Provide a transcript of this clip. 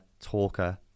talker